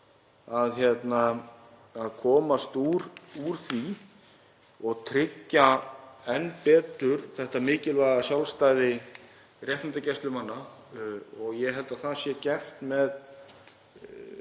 að komast úr því og tryggja enn betur þetta mikilvæga sjálfstæði réttindagæslumanna og ég held að það sé gert með